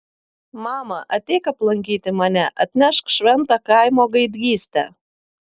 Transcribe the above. mama ateik aplankyti mane atnešk šventą kaimo gaidgystę